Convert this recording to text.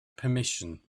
permission